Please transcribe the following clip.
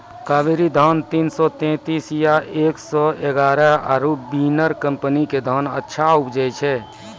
कावेरी धान तीन सौ तेंतीस या एक सौ एगारह आरु बिनर कम्पनी के धान अच्छा उपजै छै?